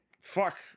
fuck